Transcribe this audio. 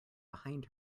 behind